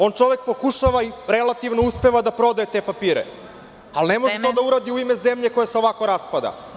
On čovek pokušava i relativno uspeva da prodaje te papire, ali ne može to da uradi u ime zemlje koja se ovako raspada.